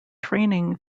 training